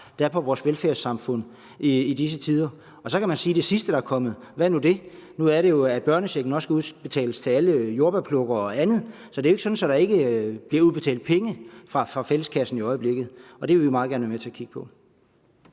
der er på vores velfærdssamfund i disse tider. Så kan man sige om det sidste, der er kommet: Hvad er nu det? For nu er det jo sådan, at børnechecken også skal udbetales til alle jordbærplukkere og andet. Så det er jo ikke sådan, at der ikke bliver udbetalt penge fra fælleskassen i øjeblikket, og det vil vi meget gerne være med til at kigge på.